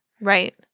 Right